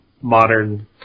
modern